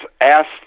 asked